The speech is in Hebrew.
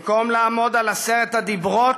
במקום לעמוד על עשרת הדיברות,